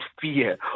fear